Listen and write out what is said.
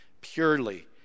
purely